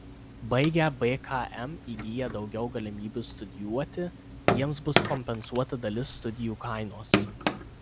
baigę bkm įgyja daugiau galimybių studijuoti jiems bus kompensuota dalis studijų kainos